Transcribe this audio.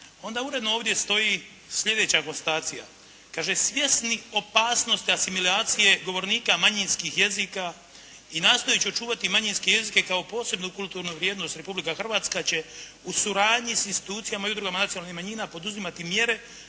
onda uredno ovdje stoji sljedeća konstatacija. Kaže svjesni opasnosti asimilacije govornika manjinskih jezika i nastojeći očuvati manjinske jezike kao posebnu kulturnu vrijednost Republika Hrvatska će u suradnji sa institucijama i udrugama nacionalnih manjina poduzimati mjere